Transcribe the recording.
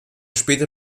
später